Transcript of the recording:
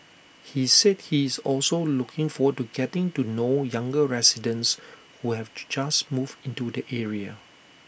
he said he is also looking forward to getting to know younger residents who have just moved into the area